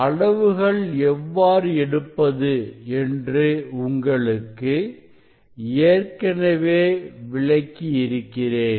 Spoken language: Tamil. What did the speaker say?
அளவுகள் எவ்வாறு எடுப்பது என்று உங்களுக்கு ஏற்கனவே விளக்கி இருக்கிறேன்